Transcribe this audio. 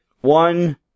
One